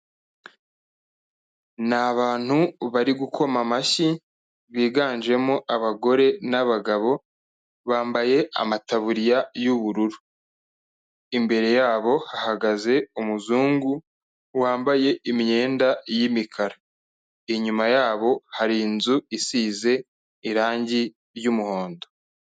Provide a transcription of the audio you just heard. Ni abantu bari gukoma amashyi, biganjemo abagore n'abagabo, bambaye amataburiya y'ubururu. Imbere yabo hahagaze umuzungu wambaye imyenda y'imikara, inyuma yabo hari inzu isize irangi ry'umuhondo.